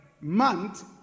month